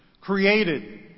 created